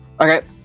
Okay